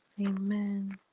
Amen